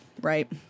Right